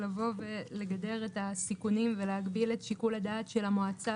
לבוא ולגדר את הסיכונים ולהגביל את שיקול הדעת של המועצה